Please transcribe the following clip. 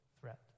threat